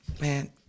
Man